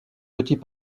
petits